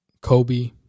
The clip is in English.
Kobe